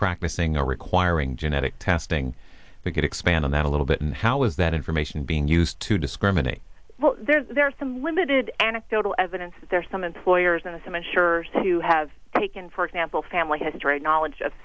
practicing a requiring genetic testing that could expand on that a little bit and how is that information being used to discriminate well there's there are some limited anecdotal evidence that there are some employers and some insurers who have taken for example family history knowledge of